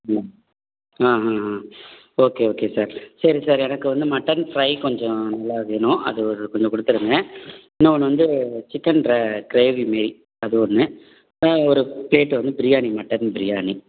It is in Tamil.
ம் ஆ ஆ ஆ ஓகே ஓகே சார் சரி சார் எனக்கு வந்து மட்டன் ஃப்ரை கொஞ்சம் நல்லா வேணும் அது ஒரு கொஞ்சம் கொடுத்துருங்க இன்னோன்று வந்து சிக்கன் ர க்ரேவி மாரி அது ஒன்று ஒரு ப்ளேட் வந்து பிரியாணி மட்டன் பிரியாணி